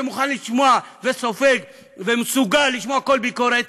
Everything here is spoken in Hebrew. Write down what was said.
שמוכן לשמוע וסופג ומסוגל לשמוע כל ביקורת,